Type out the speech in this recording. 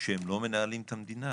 שהם לא מנהלים את המדינה